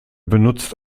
benutzt